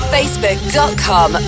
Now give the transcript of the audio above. Facebook.com